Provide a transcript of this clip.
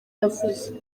yavuze